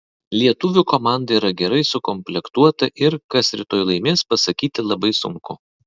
lietuvių komanda yra gerai sukomplektuota ir kas rytoj laimės pasakyti labai sunku